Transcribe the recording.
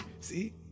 see